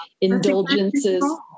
indulgences